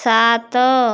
ସାତ